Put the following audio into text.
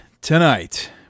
Tonight